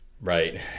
Right